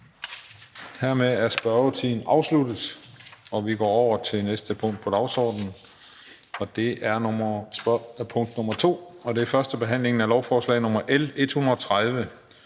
Hermed er spørgetiden afsluttet, og vi går over til næste punkt på dagsordenen. --- Det næste punkt på dagsordenen er: 2) 1. behandling af lovforslag nr. L 130: